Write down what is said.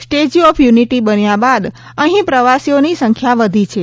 statue of Unity બન્યા બાદ અહીં પ્રવાસીઓની સંખ્યા વધી છે